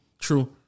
True